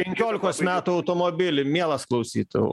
penkiolikos metų automobilį mielas klausytojau